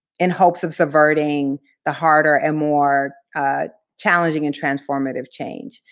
in hopes of subverting the harder and more challenging and transformative change.